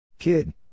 Kid